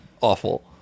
Awful